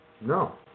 No